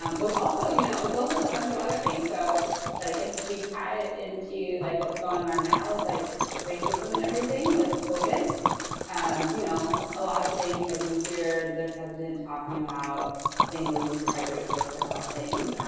um which also you know goes with a bunch of other things. so like if we tie it into like what's going on now with like racism and everything with covid and you know a lot of things, like we hear the president talking about things where he's quite racist about things.